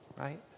right